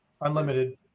Unlimited